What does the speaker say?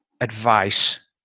advice